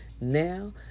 now